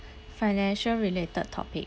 financial related topic